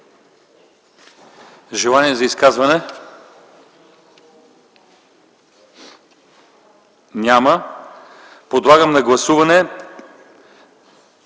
желаещи за изказвания? Няма. Подлагам на гласуване